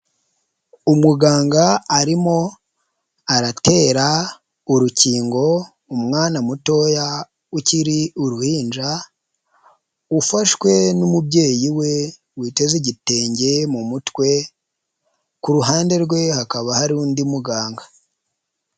Umuganga arimo aratera urukingo umwana mutoya ukiri uruhinja, ufashwe n'umubyeyi we witeze igitenge mu mutwe, ku ruhande rwe hakaba hari undi muganga.